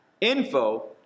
info